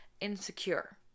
insecure